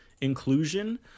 inclusion